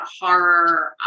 horror